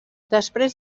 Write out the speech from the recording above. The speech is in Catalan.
després